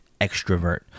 extrovert